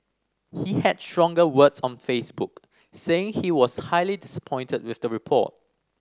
he had stronger words on Facebook saying he was highly disappointed with the report